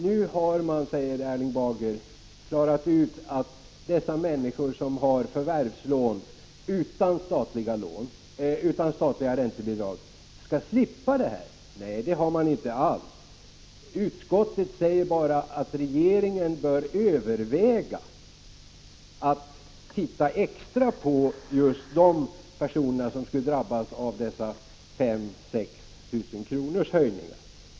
Nu har man, sade han, klarat ut att dessa människor som har förvärvslån utan statliga räntebidrag skulle slippa de här konsekvenserna. Nej, det har man inte alls. Utskottet säger bara att regeringen bör överväga att titta extra noga på just de personer som skulle drabbas av dessa höjningar på 5 000-6 000 kr.